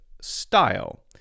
style